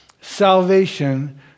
salvation